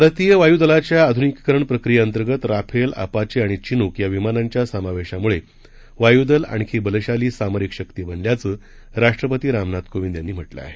भारतीय वायूदलाच्या आधुनीकीकरण प्रक्रीयेअंतर्गत राफेल अपाचे आणि चिनूक या विमानांच्या समावेशामुळे वायूदल आणखी बलशाली सामरिक शत्ती बनल्याचं राष्ट्रपती रामनाथ कोविंद यांनी म्हटलं आहे